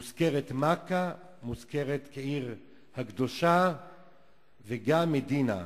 מוזכרת מכה כעיר הקדושה וגם מדינה,